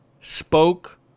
spoke